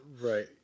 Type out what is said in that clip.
Right